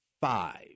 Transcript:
Five